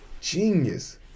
Genius